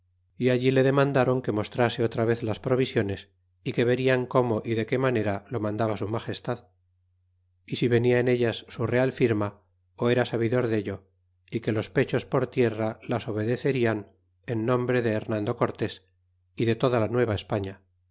y allí le demandaron que mostrase otra vez las provisiones y que verian cómo y de que manera lo mandaba su magestad y si venia en ellas su real firma ó era sabidor dello é que los pechos por tierra las obedecerian en nombre de llenando cortés y de toda la